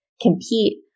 compete